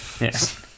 Yes